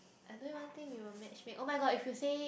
I don't even think we will match make oh-my-god if you say